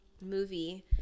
movie